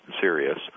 serious